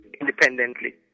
independently